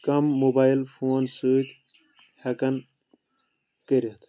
کم mobile phone سۭتۍ ہٮ۪کان کٔرِتھ